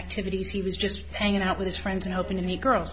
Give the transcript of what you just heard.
activities he was just hanging out with his friends and opening the girls